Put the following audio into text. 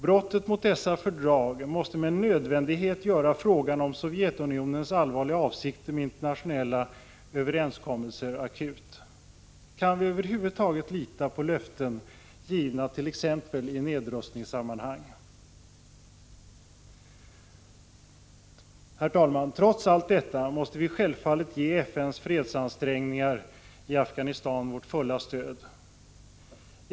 Brottet mot dessa fördrag måste med nödvändighet göra frågan om Sovjetunionens allvarliga avsikter med internationella överenskommelser akut. Kan vi över huvud taget lita på löften givna t.ex. i nedrustningssammanhang? Herr talman! Trots allt detta måste vi självfallet ge FN:s fredsansträngningar i Afghanistan vårt fulla stöd.